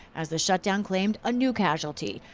as the shutdown claimed a new casualty.